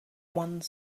one